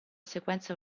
sequenza